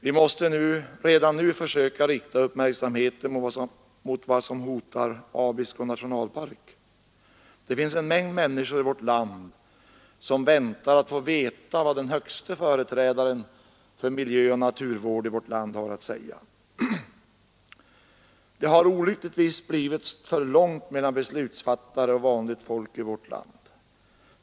Vi måste redan nu försöka rikta uppmärksamheten mot vad som hotar Abisko nationalpark. Det finns en mängd människor i vårt land som väntar att få veta vad den högste företrädaren för miljöoch naturvård i vårt land har att säga. Det har olyckligtvis blivit för långt mellan beslutsfattare och vanligt folk i vårt land.